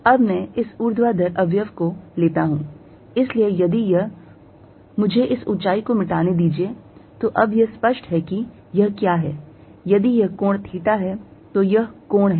अब मैं इस ऊर्ध्वाधर अवयव को लेता हूं इसलिए यदि यह मुझे इस ऊंचाई को मिटाने दीजिए तो अब यह स्पष्ट है कि यह क्या है यदि यह कोण theta है तो यह कोण है